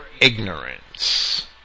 ignorance